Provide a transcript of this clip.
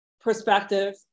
perspective